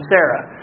Sarah